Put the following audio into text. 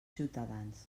ciutadans